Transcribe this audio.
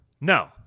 no